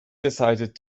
decided